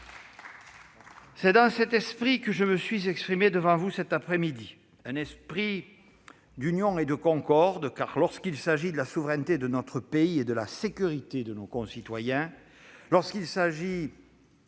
C'est dans cet esprit que je me suis exprimé devant vous cet après-midi, un esprit d'union et de concorde, car, lorsqu'il s'agit de la souveraineté de notre pays et de la sécurité de nos concitoyens, lorsqu'il s'agit de la place de la